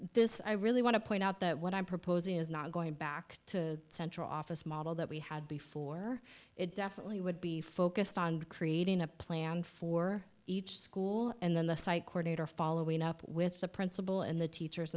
this i really want to point out that what i'm proposing is not going back to central office model that we had before it definitely would be focused on creating a plan for each school and then the site corner following up with the principal and the teachers